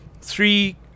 three